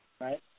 right